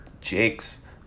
Jake's